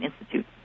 Institute